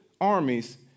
armies